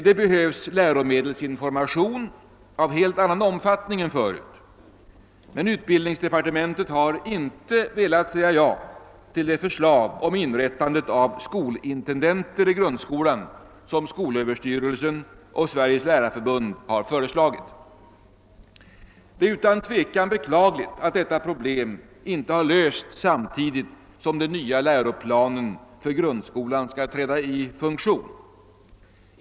Det behövs läromedelsinformation av helt annan omfattning än förut. Men utbildningsdepartementet har inte velat säga ja till det förslag om inrättande av skolintendenter i grundskolan som skolöverstyrelsen och Sveriges lärarförbund har lagt fram. Det är beklagligt att detta problem inte har lösts samtidigt som den nya läroplanen för grundskolan skall träda i funktion.